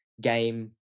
game